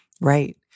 Right